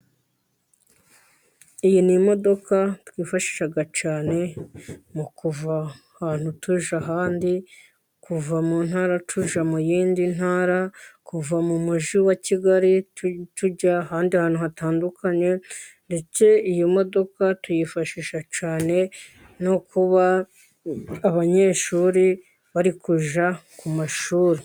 Iyi ni imodoka twifashisha cyane mu kuva ahantu tujya ahandi, kuva mu ntara tujya mu yindi ntara ,kuva mu mujyi wa Kigali tujya ahandi hantu hatandukanye, ndetse iyo modoka tuyifashisha cyane no kuba abanyeshuri bari kujya ku mashuri.